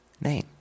name